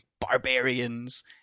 barbarians